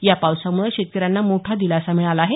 या पावसामुळं शेतकऱ्यांना मोठा दिलासा मिळाला आहे